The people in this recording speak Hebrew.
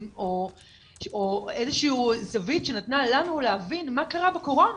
או איזשהו זווית שנתנה לנו להבין מה קרה בקורונה